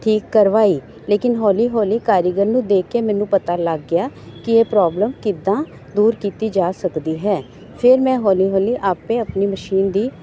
ਠੀਕ ਕਰਵਾਈ ਲੇਕਿਨ ਹੌਲੀ ਹੌਲੀ ਕਾਰੀਗਰ ਨੂੰ ਦੇਖ ਕੇ ਮੈਨੂੰ ਪਤਾ ਲੱਗ ਗਿਆ ਕਿ ਇਹ ਪ੍ਰੋਬਲਮ ਕਿੱਦਾਂ ਦੂਰ ਕੀਤੀ ਜਾ ਸਕਦੀ ਹੈ ਫਿਰ ਮੈਂ ਹੌਲੀ ਹੌਲੀ ਆਪੇ ਆਪਣੀ ਮਸ਼ੀਨ ਦੀ